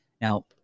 Now